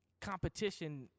Competition